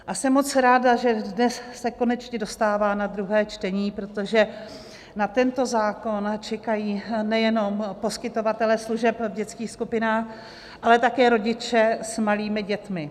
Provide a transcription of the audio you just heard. A jsem moc ráda, že dnes se konečně dostává na druhé čtení, protože na tento zákon čekají nejenom poskytovatelé služeb v dětských skupinách, ale také rodiče s malými dětmi.